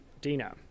Dina